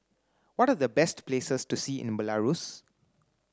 what are the best places to see in Belarus